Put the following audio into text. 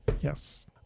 Yes